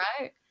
right